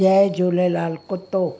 जय झूलेलाल कुतो